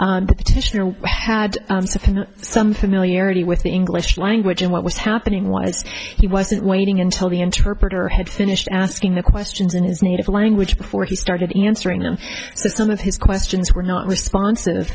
petitioner had some familiarity with the english language and what was happening was he wasn't waiting until the interpreter had finished asking the questions in his native language before he started answering them so some of his questions were not respons